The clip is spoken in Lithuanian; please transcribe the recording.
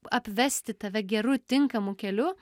apvesti tave geru tinkamu keliu